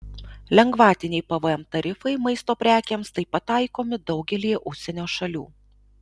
lengvatiniai pvm tarifai maisto prekėms taip pat taikomi daugelyje užsienio šalių